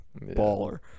Baller